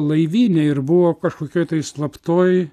laivyne ir buvo kažkokioj tai slaptoj